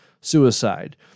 suicide